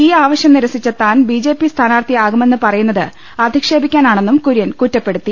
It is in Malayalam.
ഈ ആവശ്യം നിരസിച്ച താൻ ബിജെപി സ്ഥാനാർത്ഥിയാകുമെന്ന് പറയുന്നത് അധിക്ഷേപിക്കാനാണെന്നും കുര്യൻ കുറ്റപ്പെടുത്തി